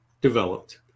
developed